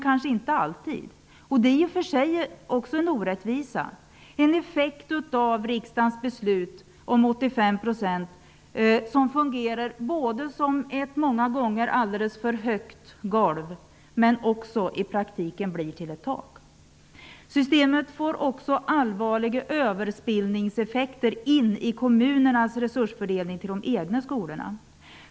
Detta är i och för sig också en orättvisa, en effekt av riksdagens beslut om 85 %, som fungerar som ett många gånger alldeles för högt golv men som också i praktiken blir till ett tak. Systemet får också allvarliga överspillningseffekter in i kommunernas resursfördelning till de egna skolorna.